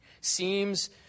seems